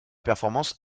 performance